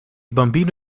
bambino